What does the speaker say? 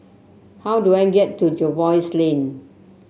how do I get to Jervois Lane